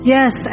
Yes